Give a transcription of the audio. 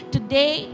Today